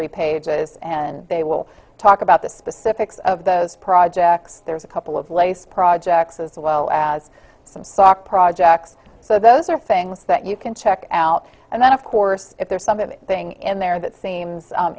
ravelry pages and they will talk about the specifics of those projects there's a couple of lace projects as well as some soft projects so those are things that you can check out and then of course if there's something in there that seems